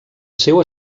seu